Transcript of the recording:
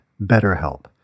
BetterHelp